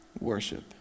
Worship